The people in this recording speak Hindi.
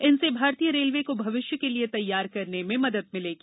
इनसे भारतीय रेलवे को भविष्य के लिए तैयार करने में मदद मिलेगी